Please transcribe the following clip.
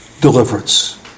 deliverance